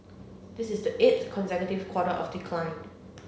this is the eighth consecutive quarter of decline